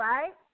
Right